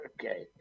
Okay